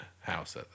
house